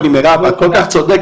מירב, את כל כך צודקת.